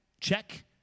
check